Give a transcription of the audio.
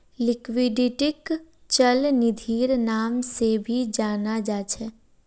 लिक्विडिटीक चल निधिर नाम से भी जाना जा छे